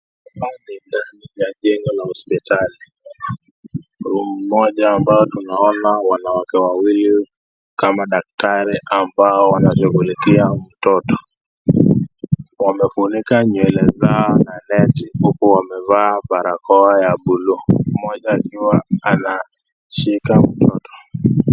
Hapa ni ndani ya jengo la hospitali. Room moja ambayo tunaona wanawake wawili kama daktari ambao wanashughulikia mtoto. Wamefunika nywele zao na neti huku wamevaa barakoa ya blue . Mmoja akiwa anashika mtoto.